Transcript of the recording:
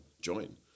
join